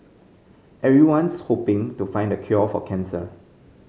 everyone's hoping to find the cure for cancer